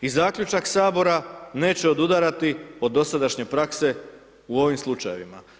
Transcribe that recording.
I zaključak Sabora, neće odudarati od dosadašnje prakse u ovim slučajevima.